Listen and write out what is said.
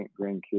grandkids